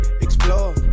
explore